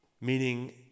meaning